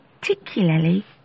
particularly